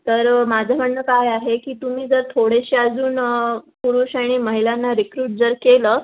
तर माझं म्हणणं काय आहे की तुम्ही जर थोडेसे अजून पुरुष आणि महिलांना रिक्रूट जर केलं